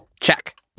Check